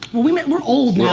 well we met, we're old